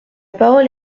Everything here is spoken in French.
parole